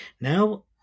Now